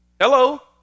Hello